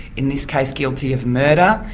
in this case, guilty of murder,